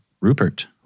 Rupert